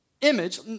image